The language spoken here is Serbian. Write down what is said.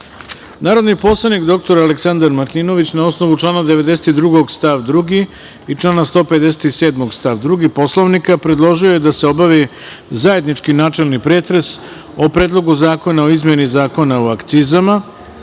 predlog. Narodni poslanik dr Aleksandar Martinović na osnovu člana 92. stav 2. i člana 157. stav 2. Poslovnika, predložio je da se obavi zajednički načelni pretres o Predlogu zakona o izmeni Zakona o akcizama